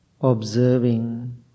observing